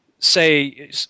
say